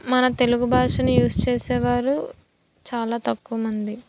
మన తెలుగు భాషని యూజ్ చేసేవారు చాలా తక్కువ మంది